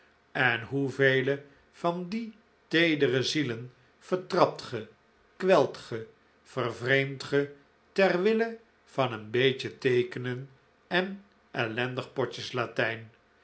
en hoe vele van die teedere zielen vertrapt ge kwelt ge vervreemdt ge ter wille van een beetje teekenen en ellendig potjes latijn